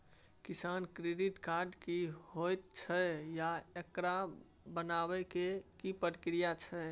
किसान credit card की होयत छै आ एकरा बनाबै के की प्रक्रिया छै?